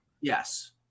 Yes